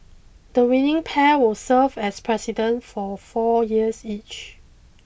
the winning pair will serve as President for four years each